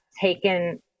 taken